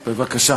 בבקשה.